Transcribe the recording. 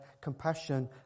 compassion